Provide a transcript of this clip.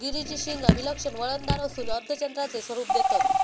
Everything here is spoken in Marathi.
गिरीची शिंगा विलक्षण वळणदार असून अर्धचंद्राचे स्वरूप देतत